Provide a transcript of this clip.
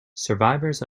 survivors